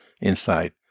inside